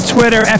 Twitter